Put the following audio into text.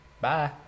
Bye